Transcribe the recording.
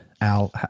Al